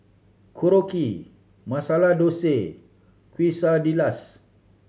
Korokke Masala Dosa Quesadillas